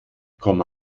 komma